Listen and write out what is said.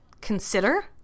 consider